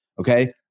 Okay